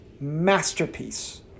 masterpiece